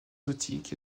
exotiques